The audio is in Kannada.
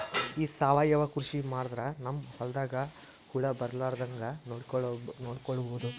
ಈ ಸಾವಯವ ಕೃಷಿ ಮಾಡದ್ರ ನಮ್ ಹೊಲ್ದಾಗ ಹುಳ ಬರಲಾರದ ಹಂಗ್ ನೋಡಿಕೊಳ್ಳುವುದ?